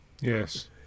yes